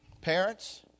Parents